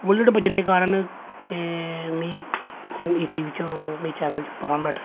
bullet बज्जने दे कारण ते मी ई टी वी च मीं चैनल च परमानेंट